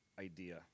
idea